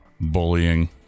Bullying